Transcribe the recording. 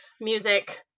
music